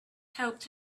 helped